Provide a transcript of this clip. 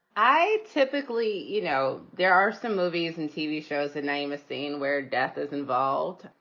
i typically, you know, there are some movies and tv shows and name a scene where death is involved.